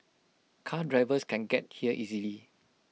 car drivers can get here easily